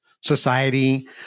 society